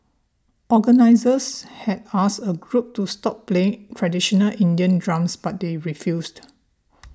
organisers had asked a group to stop playing traditional Indian drums but they refused